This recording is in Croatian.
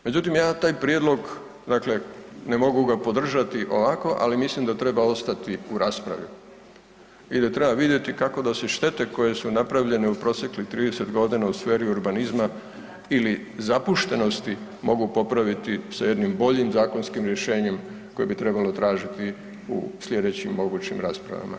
Međutim, ja taj prijedlog, dakle, ne mogu ga podržati ovako, ali mislim da treba ostati u raspravi i da treba vidjeti kako da se štete koje su napravljene u proteklih 30 godina u sferi urbanizma ili zapuštenosti, mogu popraviti sa jednim boljim zakonskim rješenjem koje bi trebalo tražiti u sljedećim mogućim raspravama.